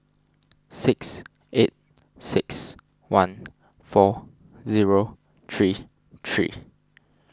six eight six one four zero three three